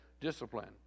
discipline